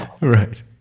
Right